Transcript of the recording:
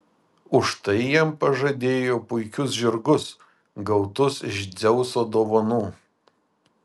už tai jam pažadėjo puikius žirgus gautus iš dzeuso dovanų